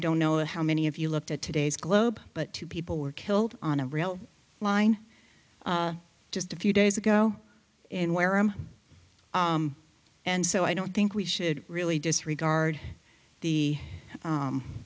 don't know how many of you looked at today's globe but two people were killed on a rail line just a few days ago in where i am and so i don't think we should really disregard the